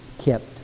kept